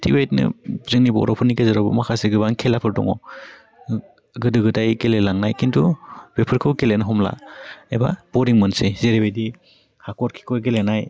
थिग बेबायदिनो जोंनि बर'फोरनि गेजेरावबो माखासे गोबां खेलाफोर दं ओह गोदो गोदाय गेलेलांनाय खिन्थु बेफोरखौ गेलेनो हमला एबा बरिं मोनसै जेरैबायदि हाखर खिखर गेलेनाय